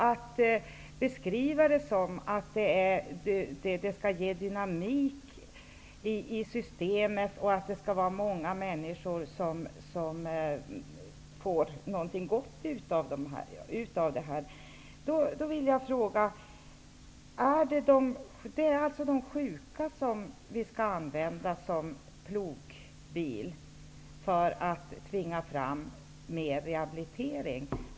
Det sades att förslaget skall ge dynamik i systemet och att många människor skall få något gott utav det. Skall vi använda de sjuka som plogbil för att tvinga fram mera rehabilitering?